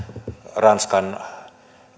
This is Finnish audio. ranskan